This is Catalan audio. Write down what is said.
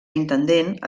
intendent